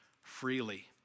freely